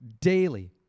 daily